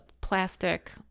plastic